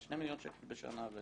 שני מיליון שקל בשנה.